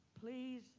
please